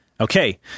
Okay